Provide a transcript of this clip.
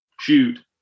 shoot